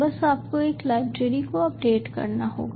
बस आपको एक लाइब्रेरी को अपडेट करना होगा